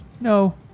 No